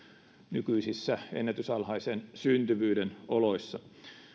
nykyisissä ennätysalhaisen syntyvyyden oloissa